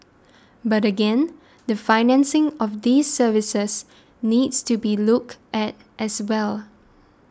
but again the financing of these services needs to be looked at as well